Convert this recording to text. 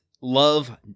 love